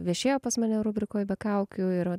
viešėjo pas mane rubrikoj be kaukių ir va